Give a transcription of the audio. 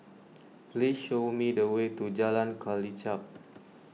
please show me the way to Jalan Kelichap